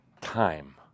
time